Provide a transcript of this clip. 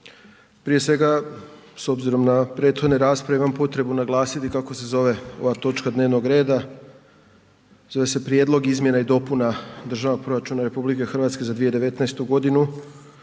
Prije svega s obzirom na prethodne rasprave imam potrebu naglasiti kako se zove ova točka dnevnog reda, zove se Prijedlog izmjena i dopuna Državnog proračuna RH za 2019. godinu